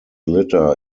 litter